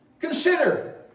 Consider